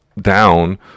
down